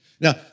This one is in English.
Now